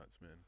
man